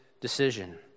decision